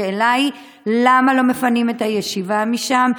השאלה היא למה לא מפנים את הישיבה משם,